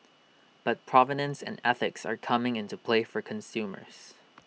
but provenance and ethics are coming into play for consumers